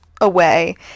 away